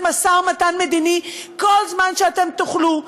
משא-ומתן מדיני כל זמן שאתם תוכלו,